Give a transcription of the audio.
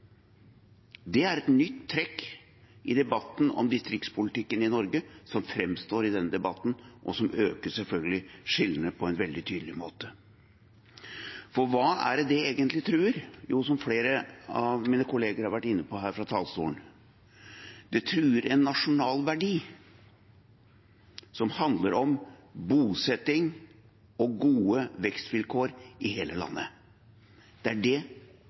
Det er et nytt trekk i debatten om distriktspolitikken i Norge som framstår i denne debatten, og som selvfølgelig øker skillene på en veldig tydelig måte. For hva er det det egentlig truer? Jo, som flere av mine kollegaer har vært inne på her fra talerstolen, truer det en nasjonal verdi som handler om bosetting og gode vekstvilkår i hele landet. Det er det